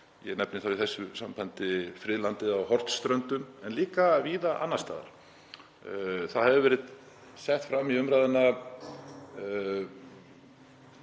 Ég nefni í þessu sambandi friðlandið á Hornströndum, en líka víða annars staðar. Það hafa verið settar fram í umræðuna